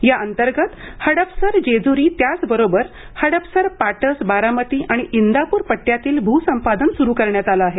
या अंतर्गत हडपसर जेजुरी त्याचबरोबर हडपसर पाटस बारामती आणि इंदापूर पट्ट्यातील भूसंपादन सुरू करण्यात आलं आहे